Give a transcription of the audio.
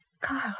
Carl